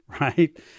Right